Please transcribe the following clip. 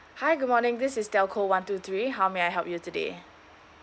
hi good morning this is telco one two three how may I help you today